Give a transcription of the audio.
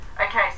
Okay